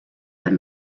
that